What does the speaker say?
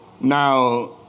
Now